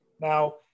Now